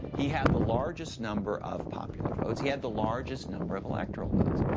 he had the largest number of popular votes, he had the largest number of electoral votes,